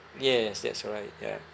yes that's right ya